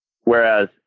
Whereas